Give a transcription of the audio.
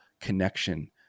connection